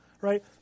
right